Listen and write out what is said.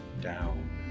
down